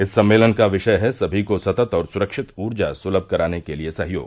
इस सम्मेलन का विषय है सभी को सतत और सुरक्षित ऊर्जा सुलम कराने के लिए सहयोग